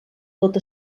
tot